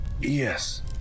Yes